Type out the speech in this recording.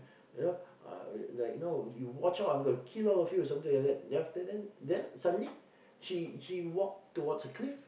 you know uh like you know you watch out I'm gonna kill all of you or something like that then suddenly she she walked towards a cliff